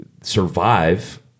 survive